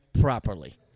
properly